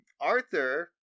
arthur